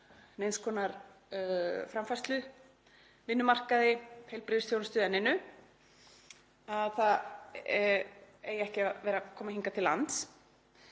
neins konar framfærslu, vinnumarkaði, heilbrigðisþjónustu eða neinu, eigi ekki að vera að koma hingað til lands.